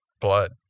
blood